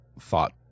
thought